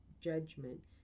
judgment